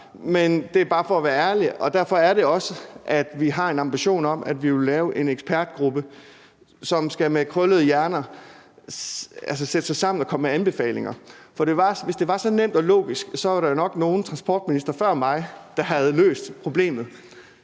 Men det er bare for at være ærlig, og derfor har vi også en ambition om, at vi vil lave en ekspertgruppe, som med krøllede hjerner skal sætte sig sammen og komme med anbefalinger. For hvis det var så nemt og logisk, var der jo nok nogle transportministre før mig, der havde løst problemet.